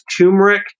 turmeric